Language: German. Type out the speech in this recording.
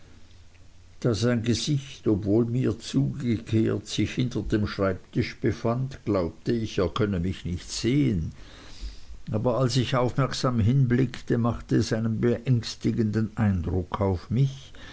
da sein gesicht obwohl mir zugekehrt sich hinter dem schreibtisch befand glaubte ich er könnte mich nicht sehen aber als ich aufmerksam hinblickte machte es einen beängstigenden eindruck auf mich